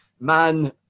man